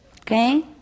Okay